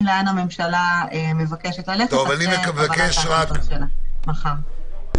לאן הממשלה מבקשת ללכת אחרי קבלת ההחלטות שלה מחר.